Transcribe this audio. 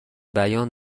بیان